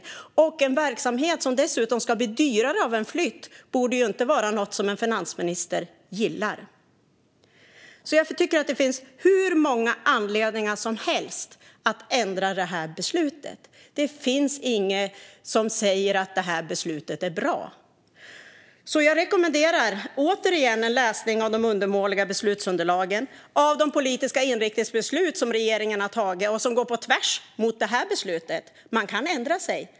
Dessutom borde en verksamhet som ska bli dyrare av en flytt inte vara något som en finansminister gillar. Jag tycker att det finns hur många anledningar som helst att ändra det här beslutet. Det finns inget som säger att beslutet är bra. Jag rekommenderar återigen en läsning av de undermåliga beslutsunderlagen och av de politiska inriktningsbeslut som regeringen har fattat och som går på tvärs mot det här beslutet. Man kan ändra sig.